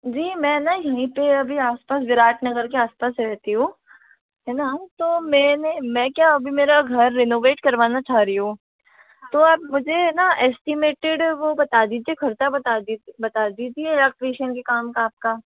जी मैं ना यहीं पर अभी आस पास विराट नगर के आस पास रहती हूँ है ना तो मैंने मैं क्या अभी मेरा घर रिनोवेट करवाना चाह रही हूँ तो आप मुझे है ना एश्टिमेटिड वो बता दीजिए ख़र्च बता बता दीजिए एलेक्ट्रिशन के काम का आप का